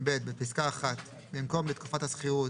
(ב)בפסקה (1), במקום "לתקופת השכירות"